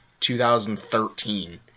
2013